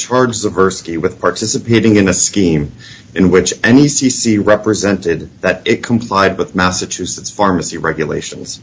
charges the versity with participating in a scheme in which any c c represented that it complied with massachusetts pharmacy regulations